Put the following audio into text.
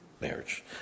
marriage